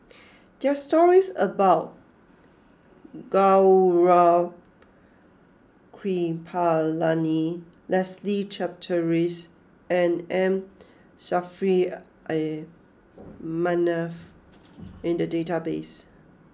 there are stories about Gaurav Kripalani Leslie Charteris and M Saffri A Manaf in the database